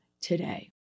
today